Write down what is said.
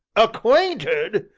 acquainted!